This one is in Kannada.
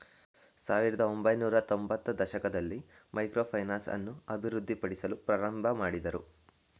ಸಾವಿರದ ಒಂಬೈನೂರತ್ತೊಂಭತ್ತ ರ ದಶಕದಲ್ಲಿ ಮೈಕ್ರೋ ಫೈನಾನ್ಸ್ ಅನ್ನು ಅಭಿವೃದ್ಧಿಪಡಿಸಲು ಪ್ರಾರಂಭಮಾಡಿದ್ರು